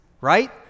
right